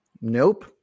Nope